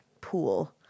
pool